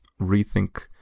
rethink